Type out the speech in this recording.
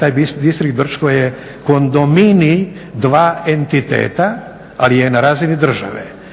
taj Distrikt Brčko je kondominij dva entiteta ali je na razini države.